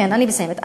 כן, אני מסיימת.